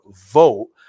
vote